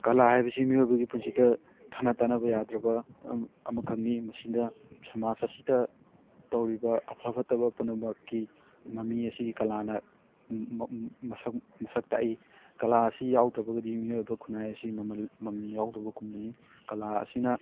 ꯀꯂꯥ ꯍꯥꯏꯕꯁꯤ ꯃꯤꯑꯣꯏꯕꯒꯤ ꯄꯨꯟꯁꯤꯗ ꯊꯥꯅ ꯇꯠꯅꯕ ꯌꯥꯗ꯭ꯔꯕ ꯑꯃꯈꯛꯅꯤ ꯃꯁꯤꯗ ꯁꯃꯥꯖ ꯑꯁꯤꯗ ꯇꯧꯔꯤꯕ ꯑꯐ ꯐꯠꯇꯕ ꯄꯨꯝꯅꯃꯛꯀꯤ ꯃꯃꯤ ꯑꯁꯤ ꯀꯂꯥꯅ ꯃꯁꯛ ꯃꯁꯛ ꯇꯥꯛꯏ ꯀꯂꯥ ꯑꯁꯤ ꯌꯥꯎꯗ꯭ꯔꯕꯒꯗꯤ ꯃꯤꯑꯣꯏꯕ ꯈꯨꯟꯅꯥꯏ ꯑꯁꯤ ꯃꯃꯜ ꯃꯃꯜ ꯌꯥꯎꯗꯕꯒꯨꯝꯕꯅꯤ ꯀꯂꯥ ꯑꯁꯤꯅ